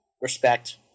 respect